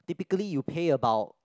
typically you pay about